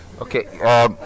Okay